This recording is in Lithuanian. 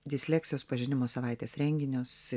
disleksijos pažinimo savaitės renginius